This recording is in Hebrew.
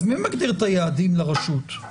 אז מי מגדיר את היעדים לרשות?